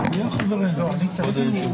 ננעלה בשעה